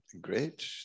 great